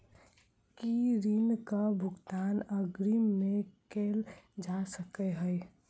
की ऋण कऽ भुगतान अग्रिम मे कैल जा सकै हय?